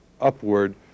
upward